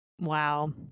Wow